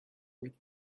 with